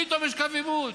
פתאום יש קו עימות?